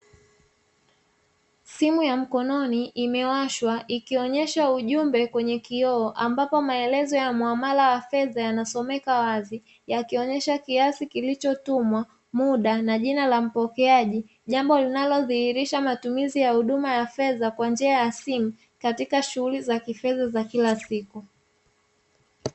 Simu ya mkononi imewashwa ikionyesha ujumbe kwenye kioo ambapo maelezo ya muamala wa fedha yanasomeka wazi yakionyesha kiasi kilichotumwa, muda, na jina la mpokeaji jambo linalodhihirisha matumizi ya huduma ya fedha kwa njia ya simu katika shughuli za kifedha za kila siku.